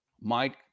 Mike